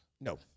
No